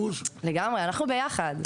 לגמרי, אנחנו ביחד.